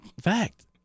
fact